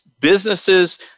Businesses